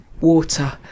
water